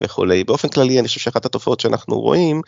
וכולי, באופן כללי אני חושב שאחת התופעות שאנחנו רואים